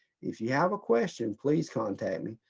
if you have a question, please contact me.